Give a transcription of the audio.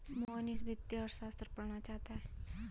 मोहनीश वित्तीय अर्थशास्त्र पढ़ना चाहता है